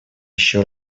еще